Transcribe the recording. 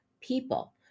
people